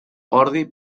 ordi